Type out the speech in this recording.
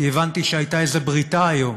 כי הבנתי שהייתה איזו בריתה היום